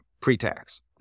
pre-tax